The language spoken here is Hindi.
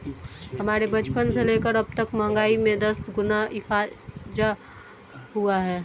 हमारे बचपन से लेकर अबतक महंगाई में दस गुना इजाफा हुआ है